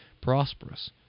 prosperous